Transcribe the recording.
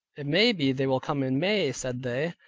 it may be they will come in may, said they.